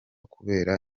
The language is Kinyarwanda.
kubera